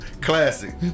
Classic